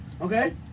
okay